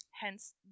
Hence